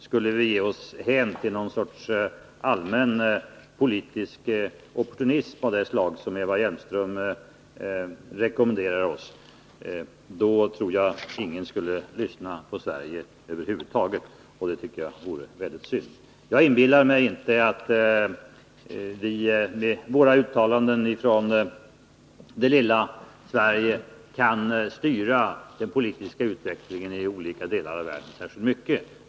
Skulle vi ge oss hän åt en allmän politisk opportunism av det slag som Eva Hjelmström rekommenderar oss, då tror jagingen skulle lyssna på Sverige över huvud taget. Och det tycker jag skulle vara beklagligt. Jag inbillar mig inte att vi med uttalanden från det lilla Sverige särskilt mycket kan styra den politiska utvecklingen i olika delar av världen.